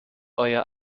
euer